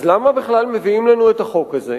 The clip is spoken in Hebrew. אז למה בכלל מביאים לנו את החוק הזה?